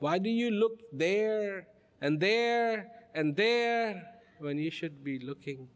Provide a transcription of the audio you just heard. why do you look there and there and there when you should be looking